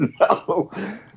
No